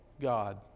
God